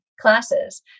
classes